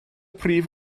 prif